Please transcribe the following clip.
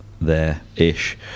there-ish